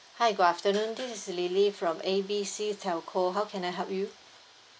hi good afternoon this is lily from A B C telco how can I help you